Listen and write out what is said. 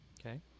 Okay